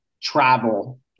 travel